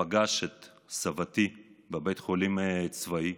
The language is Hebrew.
ופגש את סבתי בבית חולים צבאי.